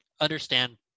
understand